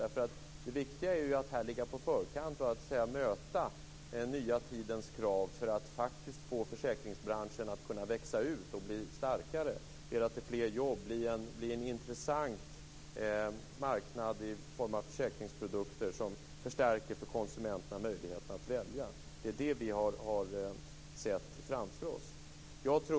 Det viktiga är att ligga i framkant och möta den nya tidens krav, för att få försäkringsbranschen att växa och bli starkare. Det kan leda till fler jobb och att vi får en intressant marknad med försäkringsprodukter som förstärker konsumenternas möjligheter att välja. Det är det vi har sett framför oss.